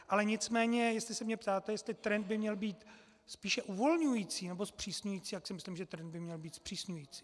Ale nicméně jestli se mě ptáte, jestli trend by měl být spíše uvolňující, nebo zpřísňující, tak si myslím, že trend by měl být zpřísňující.